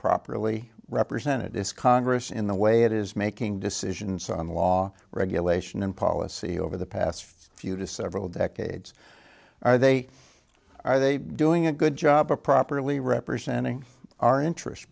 properly represented this congress in the way it is making decisions on law regulation and policy over the past few to several decades are they are they doing a good job of properly representing our interests